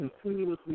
continuously